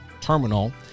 terminal